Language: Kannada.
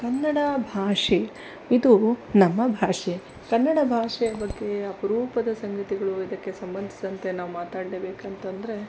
ಕನ್ನಡ ಭಾಷೆ ಇದು ನಮ್ಮ ಭಾಷೆ ಕನ್ನಡ ಭಾಷೆಯ ಬಗ್ಗೆ ಅಪರೂಪದ ಸಂಗತಿಗಳು ಇದಕ್ಕೆ ಸಂಬಂದಿಸಿದಂತೆ ನಾವು ಮಾತಾಡಲೇಬೇಕಂತಂದ್ರೆ